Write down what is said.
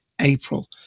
April